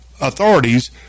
authorities